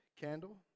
candle